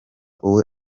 uwe